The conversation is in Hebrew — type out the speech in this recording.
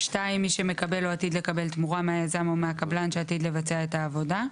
מי שמקבל או עתיד לקבל תמורה מהיזם או מהקבלן שעתיד לבצע את העבודה,